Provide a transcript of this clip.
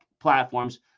platforms